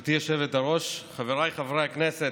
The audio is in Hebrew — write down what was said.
גברתי היושבת-ראש, חבריי חברי הכנסת,